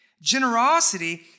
Generosity